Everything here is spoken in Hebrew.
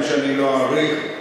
שאני לא אאריך,